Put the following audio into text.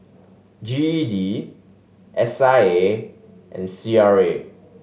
G E D S I A and C R A